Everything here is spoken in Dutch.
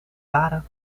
waren